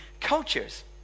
cultures